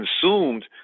consumed